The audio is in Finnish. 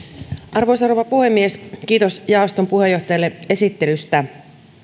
arvoisa rouva puhemies kiitos jaoston puheenjohtajalle esittelystä